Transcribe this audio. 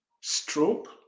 stroke